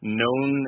known